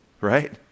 right